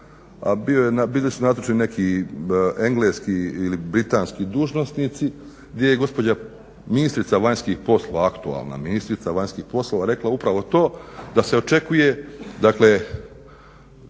a bili su nazočni neki engleski ili britanski dužnosnici gdje je gospođa ministrica vanjskih poslova, aktualna ministrica vanjskih poslova rekla upravo to da se očekuje dakle